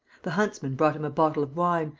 the huntsman brought him a bottle of wine,